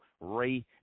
Ray